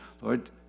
Lord